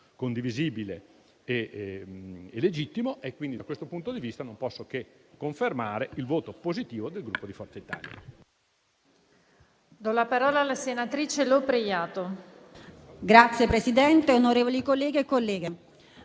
condivisibile e legittimo. Quindi, da questo punto di vista, non posso che confermare il voto favorevole del Gruppo Forza Italia.